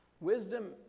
wisdom